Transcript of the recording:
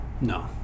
no